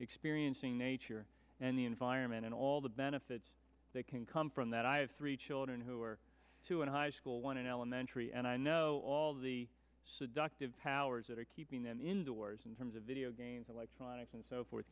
experiencing nature and the environment and all the benefits that can come from that i have three children who are two and high school one in elementary and i know all the seductive powers that are keeping them indoors in terms of video games electronics and so forth